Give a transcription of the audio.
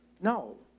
no.